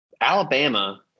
Alabama